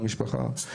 היום.